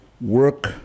work